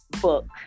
book